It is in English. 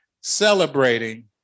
celebrating